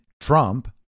Trump